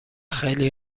خیلی